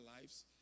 lives